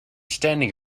standing